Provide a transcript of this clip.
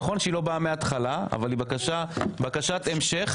נכון שהיא לא באה מההתחלה, אבל היא בקשת המשך.